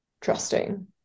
trusting